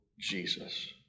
Jesus